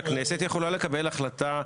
והכנסת יכולה לקבל החלטה.